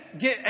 get